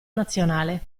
nazionale